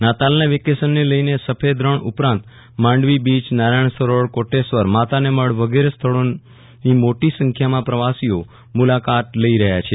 નાતાલના વેકેશનને લઈન સફદ રણ ઉપરાંત માંડવી બીચ નારાયણ સરોવર કોટેશ્વર માતાને મડ વગરે સ્થળોની મોટી સંખ્યામાં પ્રવાસીઓ મલાકત લઈ રહયા છે